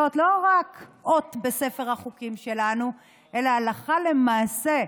לא רק אות בספר החוקים שלנו אלא הלכה למעשה,